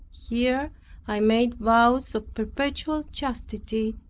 here i made vows of perpetual chastity,